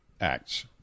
acts